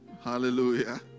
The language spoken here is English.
Hallelujah